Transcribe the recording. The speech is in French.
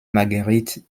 marguerite